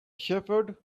shepherd